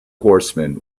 horsemen